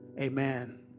amen